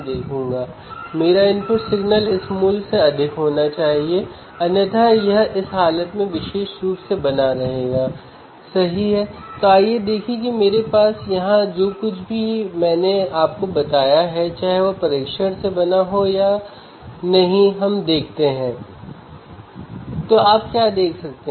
दूसरा लाभ एक आंतरिक बाहरी प्रतिरोधों द्वारा सटीक रूप से सेट किया जा सकता है